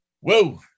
Whoa